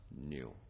new